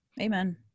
Amen